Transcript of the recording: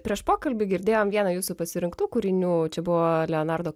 prieš pokalbį girdėjom vieną jūsų pasirinktų kūrinių čia buvo leonardo